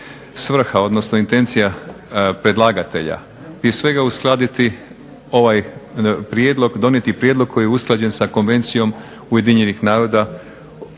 svrha odnosno intencija predlagatelja? Prije svega uskladiti ovaj prijedlog, donijeti prijedlog koji je usklađen sa Konvencijom Ujedinjenih naroda